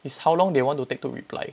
is how long they wanted to take to reply